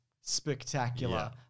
spectacular